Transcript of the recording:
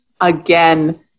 again